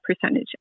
percentage